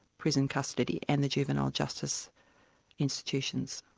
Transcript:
prison custody and the juvenile justice institutions.